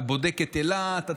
אתה בודק את אילת,